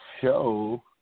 show